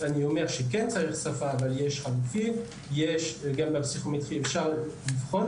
צריך שפה אבל יש חלופות ואפשר לבחון